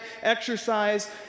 exercise